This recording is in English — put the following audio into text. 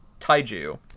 taiju